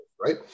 right